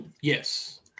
Yes